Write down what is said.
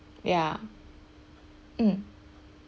ya mm